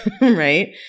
right